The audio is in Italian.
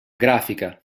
grafica